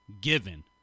given